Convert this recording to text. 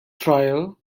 trial